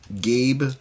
Gabe